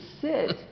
sit